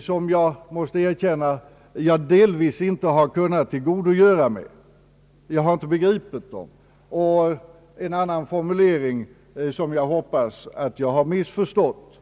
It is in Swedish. som jag måste erkänna att jag delvis inte har kunnat tillgodogöra mig. En av dem har jag inte begripit, och så finns det en annan formulering som jag hoppas att jag har missförstått.